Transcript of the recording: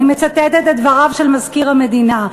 אני מצטטת את דבריו של מזכיר המדינה,